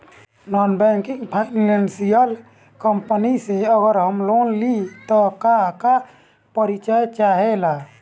Non banking financial company से अगर हम लोन लि त का का परिचय चाहे ला?